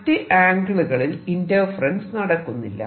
മറ്റു ആംഗിളുകളിൽ ഇന്റർഫെറെൻസ് നടക്കുന്നില്ല